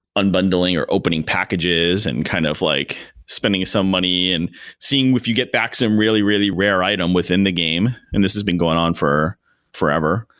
unbundling or opening packages and kind of like spending some money and seeing if you get back some really, really rare item within the game, and this has been going on for forever.